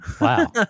Wow